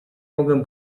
mogę